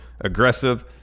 aggressive